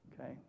Okay